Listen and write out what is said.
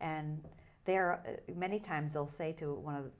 and there are many times they'll say to one of the